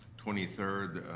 twenty three,